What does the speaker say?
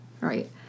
right